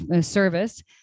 service